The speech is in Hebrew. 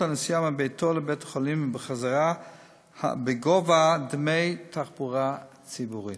הנסיעה מביתו לבית-החולים ובחזרה בגובה דמי תחבורה ציבורית.